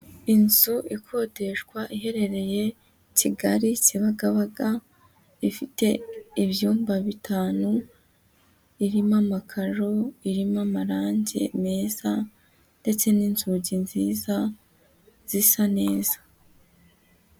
Inzu ikodeshwa, iherereye Kigali kibagabaga ,ifite ibyumba bitanu, irimo amakaro, irimo amarangi meza, ndetse n'inzugi nziza zisa neza.